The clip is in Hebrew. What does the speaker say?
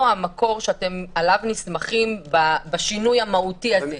שעליו אתם נסמכים בשינוי המהותי הזה?